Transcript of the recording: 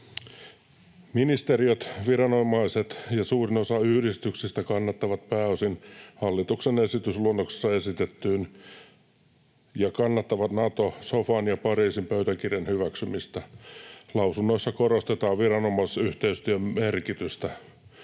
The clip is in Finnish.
Ministeriöt, viranomaiset ja suurin osa yhdistyksistä kannattavat pääosin hallituksen esitysluonnoksessa esitettyä ja kannattavat Nato-sofan ja Pariisin pöytäkirjan hyväksymistä. Lausunnoissa korostetaan viranomaisyhteistyön merkitystä.